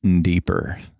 deeper